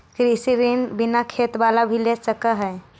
कृषि ऋण बिना खेत बाला भी ले सक है?